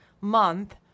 month